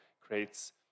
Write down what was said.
creates